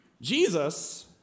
Jesus